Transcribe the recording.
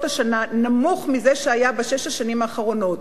השנה נמוך מזה שהיה בשש השנים האחרונות,